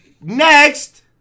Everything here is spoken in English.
Next